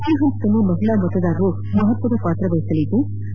ಈ ಹಂತದಲ್ಲಿ ಮಹಿಳಾ ಮತದಾರರು ಮಹತ್ವದ ಪಾತ್ರ ವಹಿಸಲಿದ್ಲು